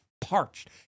parched